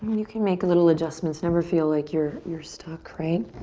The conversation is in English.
you can make a little adjustments, never feel like you're you're stuck, right?